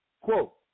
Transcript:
Quote